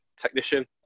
technician